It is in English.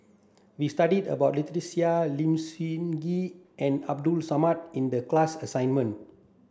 we studied about Lynnette Seah Lim Sun Gee and Abdul Samad in the class assignment